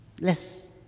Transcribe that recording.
less